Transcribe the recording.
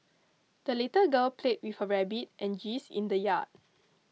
the little girl played with her rabbit and geese in the yard